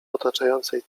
otaczającej